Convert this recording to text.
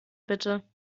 bitte